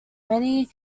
many